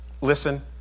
listen